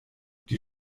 die